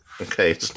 Okay